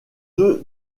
deux